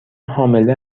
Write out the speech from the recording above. حامله